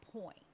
point